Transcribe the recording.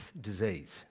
disease